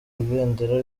ibendera